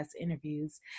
interviews